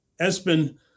Espen